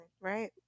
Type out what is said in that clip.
right